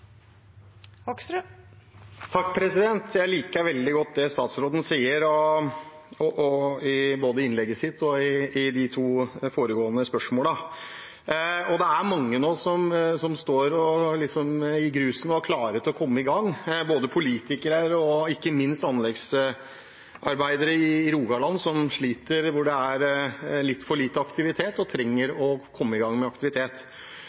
Jeg liker veldig godt det statsråden sier både i innlegget sitt og til de to foregående spørsmålene. Det er mange nå som står i grusen og er klare til å komme i gang, både politikere og ikke minst anleggsarbeidere i Rogaland, som sliter, og hvor det er litt for lite aktivitet, og man trenger å komme i gang.